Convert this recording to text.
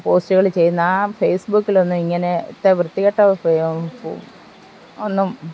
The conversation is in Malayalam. പോസ്റ്റുകൾ ചെയ്യുന്ന ആ ഫെയ്സ്ബുക്കിൽ ഒന്നും ഇങ്ങനെ ഇത്ര വൃത്തികെട്ട ഉപ ഒന്നും